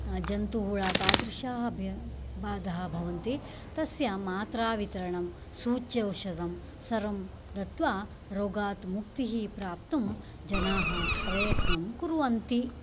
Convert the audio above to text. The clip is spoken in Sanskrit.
जन्तुहुळ तादृशाः बाधाः भवन्ति तस्य मात्रा वितरणं सूच्यौषधं सर्वं दत्त्वा रोगात् मुक्तिः प्राप्तुं जनाः प्रयत्नं कुर्वन्ति